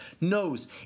knows